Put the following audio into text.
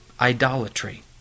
idolatry